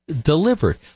delivered